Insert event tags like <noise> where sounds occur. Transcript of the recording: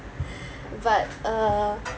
<breath> but uh